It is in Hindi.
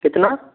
कितना